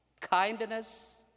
kindness